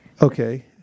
Okay